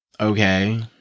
Okay